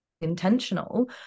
intentional